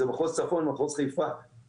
מחוז צפון ומחוז חיפה,